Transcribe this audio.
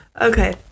Okay